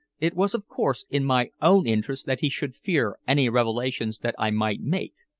it was of course in my own interests that he should fear any revelations that i might make.